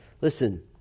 Listen